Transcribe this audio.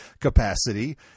capacity